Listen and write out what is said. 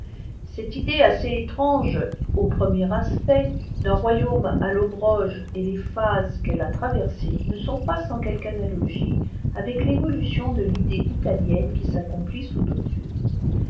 cette idée assez étrange au premier aspect d'un royaume allobrogc et les phases qu'elle a traversées ne sont pas sans quelque analogie avec l'évolution de l'idée italienne qui s'accomplit sous nos yeux